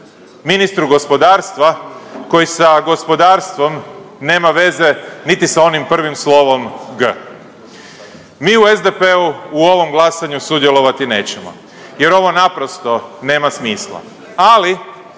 ministru gospodarstva koji sa gospodarstvom nema veze, niti sa onim prvim slovom G. Mi u SDP-u u ovom glasanju sudjelovati nećemo jer ovo naprosto nema smisla, ali